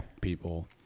people